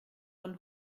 von